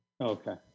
Okay